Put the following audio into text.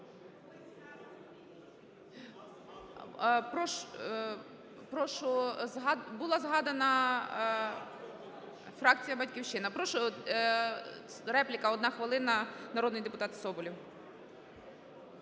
Прошу, була загадана фракція "Батьківщина". Прошу, репліка одна хвилина, народний депутат Соболєв.